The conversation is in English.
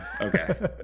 Okay